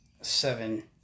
seven